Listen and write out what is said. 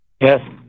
Yes